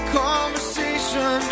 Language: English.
conversation